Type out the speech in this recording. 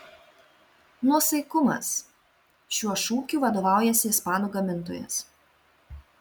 nuosaikumas šiuo šūkiu vadovaujasi ispanų gamintojas